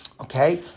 okay